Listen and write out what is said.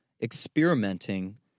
experimenting